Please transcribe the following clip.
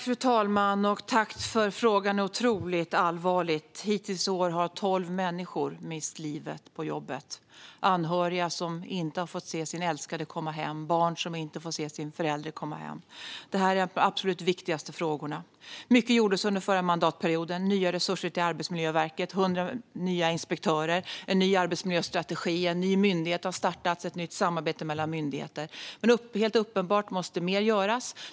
Fru talman! Tack för frågan! Detta är otroligt allvarligt. Hittills i år har tolv människor mist livet på jobbet. Det är anhöriga som inte får se sin älskade komma hem och barn som inte får se sin förälder komma hem. Detta är de absolut viktigaste frågorna. Mycket gjordes under den förra mandatperioden: nya resurser till Arbetsmiljöverket, 100 nya inspektörer, en ny arbetsmiljöstrategi, en nystartad myndighet och ett nytt samarbete mellan myndigheter. Men det är helt uppenbart att mer måste göras.